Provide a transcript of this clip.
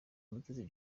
mutesi